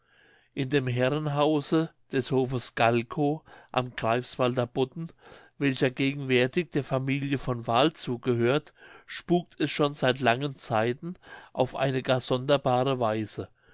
in dem herrenhause des hofes gahlkow am greifswalder bodden welcher gegenwärtig der familie von wahl zugehört spukt es schon seit langen zeiten auf eine gar sonderbare weise